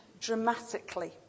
dramatically